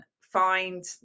find